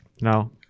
No